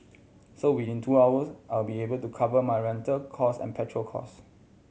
so within two hours I will be able to cover my rental cost and petrol cost